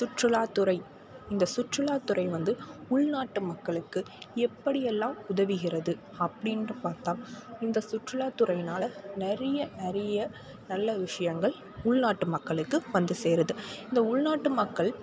சுற்றுலாத்துறை இந்த சுற்றுலாத்துறை வந்து உள்நாட்டு மக்களுக்கு எப்படியெல்லாம் உதவுகிறது அப்படின்னு பார்த்தா இந்த சுற்றுலாத்துறைனால் நிறைய நிறைய நல்ல விஷயங்கள் உள்நாட்டு மக்களுக்கு வந்து சேருது இந்த உள்நாட்டு மக்கள்